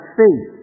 faith